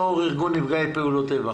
יו"ר ארגון נפגעי פעולות איבה.